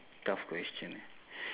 tough question